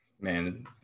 Man